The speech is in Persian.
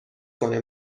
کنه